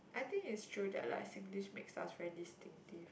I think it's true that like Singlish makes us very distinctive